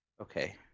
Okay